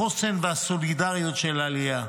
החוסן והסולידריות של העלייה,